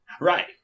Right